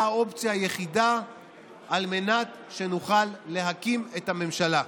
האופציה היחידה על מנת שנוכל להקים את הממשלה.